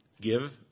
Give